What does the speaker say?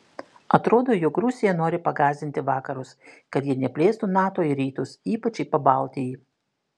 atrodo jog rusija nori pagąsdinti vakarus kad jie neplėstų nato į rytus ypač į pabaltijį